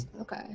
Okay